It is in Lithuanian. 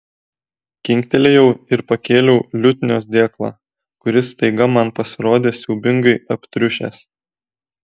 kinktelėjau ir pakėliau liutnios dėklą kuris staiga man pasirodė siaubingai aptriušęs